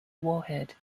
warhead